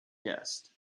guest